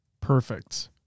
perfect